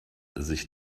sich